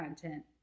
content